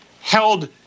held